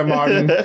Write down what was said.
Martin